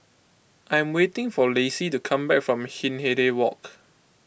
I'm waiting for Laci to come back from Hindhede Walk